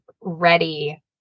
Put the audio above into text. ready